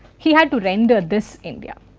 he has to render this india,